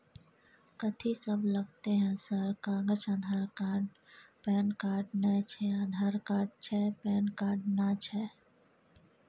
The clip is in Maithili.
कथि सब लगतै है सर कागज आधार कार्ड पैन कार्ड नए छै आधार कार्ड छै पैन कार्ड ना छै?